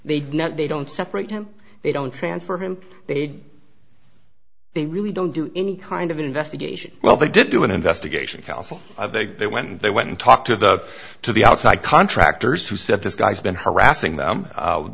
know they don't separate him they don't transfer him they'd they really don't do any kind of investigation well they did do an investigation council they went and they went and talked to the to the outside contractors who said this guy's been harassing them